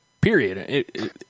period